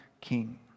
king